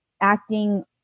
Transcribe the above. acting